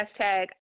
Hashtag